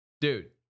dude